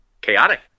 chaotic